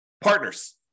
Partners